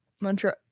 Montreal